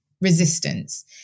resistance